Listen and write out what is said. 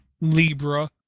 Libra